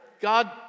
God